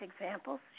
examples